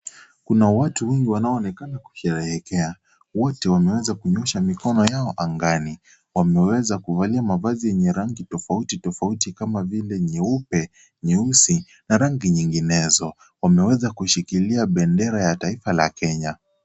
Kuna watu wengi wanaoonekana kusherehekea, wote wameweza kunyoosha mikono yao angani. Wameweza kuvalia mavazi yenye rangi tofauti tofauti kama vile nyeupe, nyeusi na rangi nyinginezo. Wameweza kushikilia bendera ya taifa la Kenya.